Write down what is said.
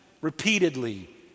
repeatedly